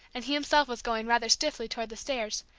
and he himself was going, rather stiffly, toward the stairs,